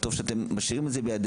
טוב שאתם משאירים את זה בידינו,